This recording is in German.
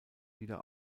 wieder